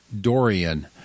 Dorian